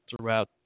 throughout